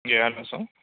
جی hello سر